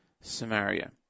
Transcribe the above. Samaria